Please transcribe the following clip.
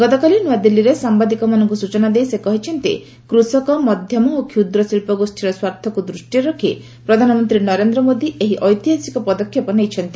ଗତକାଲି ନୁଆଦିଲ୍ଲୀରେ ସାମ୍ଭାଦିକମାନଙ୍କୁ ସୂଚନା ଦେଇ ସେ କହିଛନ୍ତି କୃଷକ ମଧ୍ୟମ ଓ କ୍ଷୁଦ୍ର ଶିଳ୍ପ ଗୋଷ୍ଠୀର ସ୍ୱାର୍ଥକୁ ଦୃଷ୍ଟିରେ ରଖି ପ୍ରଧାନମନ୍ତ୍ରୀ ନରେନ୍ଦ୍ର ମୋଦି ଏହି ଐତିହାସିକ ପଦକ୍ଷେପ ନେଇଛନ୍ତି